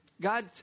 God